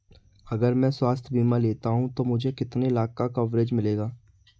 अगर मैं स्वास्थ्य बीमा लेता हूं तो मुझे कितने लाख का कवरेज मिलेगा?